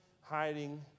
hiding